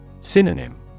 Synonym